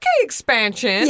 expansion